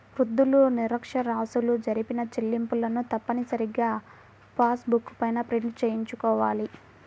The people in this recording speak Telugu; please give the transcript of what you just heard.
వృద్ధులు, నిరక్ష్యరాస్యులు జరిపిన చెల్లింపులను తప్పనిసరిగా పాస్ బుక్ పైన ప్రింట్ చేయించుకోవాలి